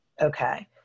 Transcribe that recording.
Okay